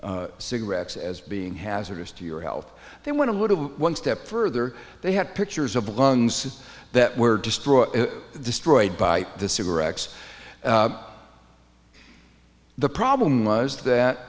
cigarettes as being hazardous to your health they want to look at one step further they had pictures of lungs that were destroyed destroyed by the cigarettes the problem was that